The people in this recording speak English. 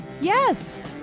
yes